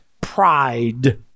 pride